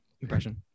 impression